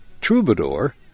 Troubadour